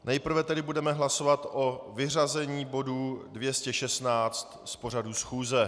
Nejprve tedy budeme hlasovat o vyřazení bodu 216 z pořadu schůze.